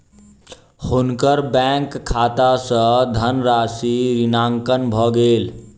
हुनकर बैंक खाता सॅ धनराशि ऋणांकन भ गेल